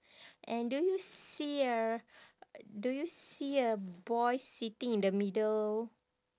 and do you see a do you see a boy sitting in the middle